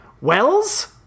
Wells